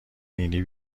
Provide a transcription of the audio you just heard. نینی